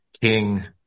King